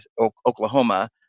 Oklahoma